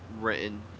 written